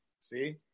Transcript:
See